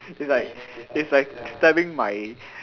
it's like it's like stabbing my